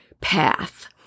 path